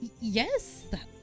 Yes